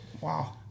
wow